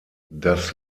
das